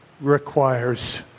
requires